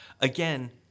Again